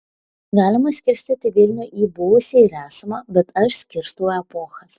galima skirstyti vilnių į buvusį ir esamą bet aš skirstau epochas